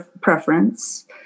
preference